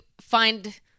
find